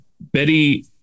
Betty